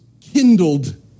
kindled